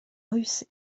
russes